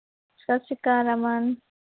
ਸਤਿ ਸ਼੍ਰੀ ਅਕਾਲ ਅਮਨ